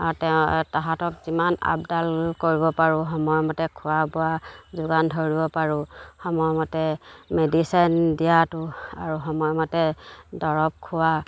আৰু তেওঁ সিহঁতক যিমান আপডাল কৰিব পাৰোঁ সময় মতে খোৱা বোৱা যোগান ধৰিব পাৰোঁ সময় মতে মেডিচন দিয়াটো আৰু সময় মতে দৰব খোৱা